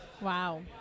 Wow